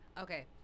Okay